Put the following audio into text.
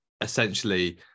essentially